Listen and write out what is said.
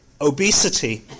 obesity